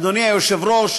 אדוני היושב-ראש,